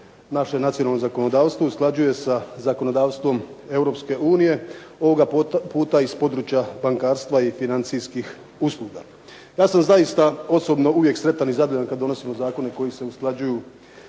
naše nacionalno zakonodavstvo usklađuje sa zakonodavstvom Europske unije ovoga puta iz područja bankarstva i financijskih usluga. Ja sam zaista osobno uvijek sretan kada donosimo zakone koji se usklađuju